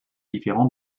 différent